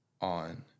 on